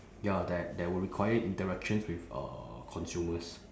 ya that that would require interaction with uh consumers